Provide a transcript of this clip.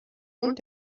und